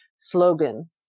slogan